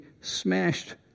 smashed